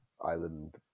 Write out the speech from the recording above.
island